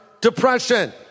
depression